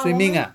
swimming ah